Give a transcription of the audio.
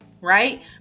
Right